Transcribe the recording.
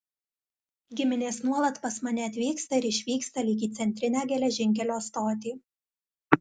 giminės nuolat pas mane atvyksta ir išvyksta lyg į centrinę geležinkelio stotį